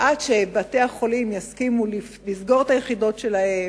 ועד שבתי-החולים יסכימו לסגור את היחידות שלהם